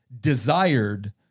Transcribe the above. desired